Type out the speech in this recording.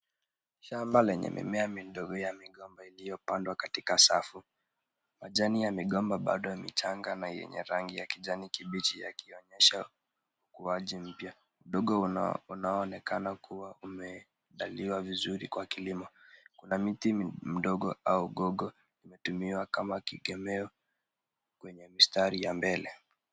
Shamba, lenye mimea midogo ya migomba iliyopandwa katika safu. Majani ya migomba bado michanga na yenye rangi ya kijani kibichi yakionyesha ukuaji mpya. Udongo unaonekana kuwa umelaliwa vizuri kwa kilimo. Kuna miti midogo au gogo imetumiwa kama kikemeo kwenye mistari ya mbele.